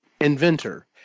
inventor